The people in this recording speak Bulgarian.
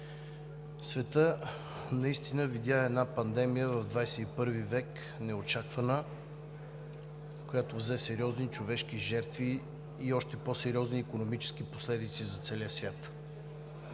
Светът наистина видя една пандемия в XXI век, неочаквана, която взе сериозни човешки жертви и още по-сериозни икономически последици за целия свят,